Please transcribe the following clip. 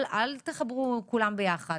אל תחברו כולם ביחד,